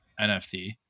nft